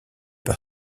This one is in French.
par